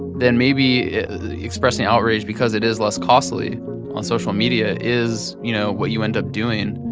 then maybe expressing outrage because it is less costly on social media is, you know, what you end up doing.